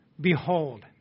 Behold